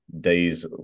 days